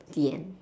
the end